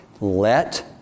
let